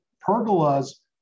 Pergolas